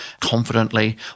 confidently